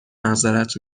معذرت